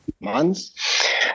months